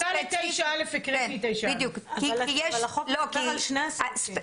אני מפנה לסעיף 9א. אבל החוק מדבר על שני הסעיפים.